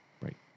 Right